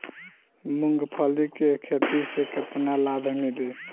मूँगफली के खेती से केतना लाभ मिली?